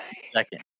second